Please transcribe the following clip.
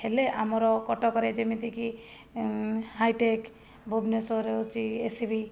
ହେଲେ ଆମର କଟକରେ ଯେମିତି କି ହାଇଟେକ୍ ଭୁବନେଶ୍ୱର ହେଉଛି ଏସ୍ ସି ବି